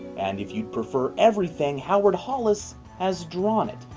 and if you prefer everything, howard hallis has drawn it.